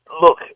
Look